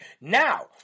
Now